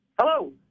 Hello